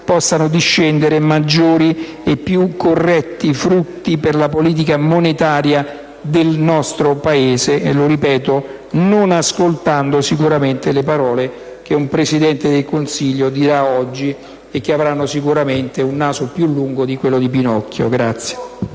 possano discendere maggiori e più corretti frutti per la politica monetaria del nostro Paese lo ripeto, non ascoltando sicuramente le parole che un Presidente del Consiglio pronuncerà oggi e che avranno sicuramente un naso più lungo di quello di Pinocchio.